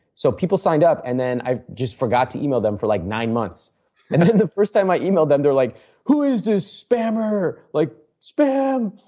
so, people signed up and then i just forgot to email them for like nine months and then the first time i emailed them, they are like who is this spammer? like, spam.